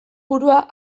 burua